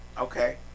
Okay